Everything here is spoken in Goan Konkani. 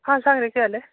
हा सांग रे कितें जालें